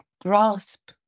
grasp